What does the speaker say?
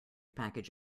package